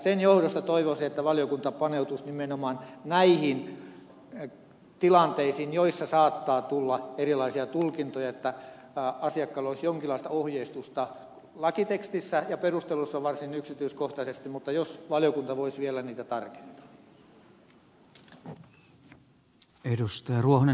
sen johdosta toivoisin että valiokunta paneutuisi nimenomaan näihin tilanteisiin joissa saattaa tulla erilaisia tulkintoja että asiakkaalla olisi jonkinlaista ohjeistusta lakitekstissä ja perusteluissa varsin yksityiskohtaisesti mutta valiokunta voisi vielä niitä tarkentaa